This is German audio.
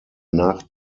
nach